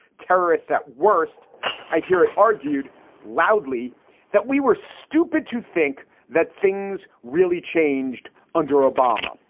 terrorists at worst i hear it argued loudly that we were stupid to think that things really changed under obama.